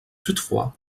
toutefois